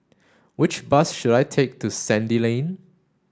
which bus should I take to Sandy Lane